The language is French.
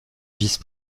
vice